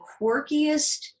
quirkiest